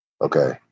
Okay